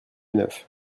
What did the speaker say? neuf